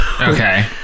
okay